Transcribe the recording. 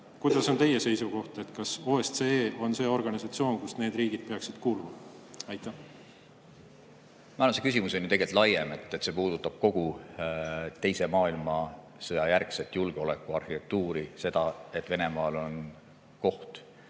Mis on teie seisukoht, kas OSCE on organisatsioon, kuhu need riigid peaksid kuulma? Ma arvan, et see küsimus on ju tegelikult laiem. See puudutab kogu teise maailmasõja järgset julgeolekuarhitektuuri, seda, et Venemaal on koht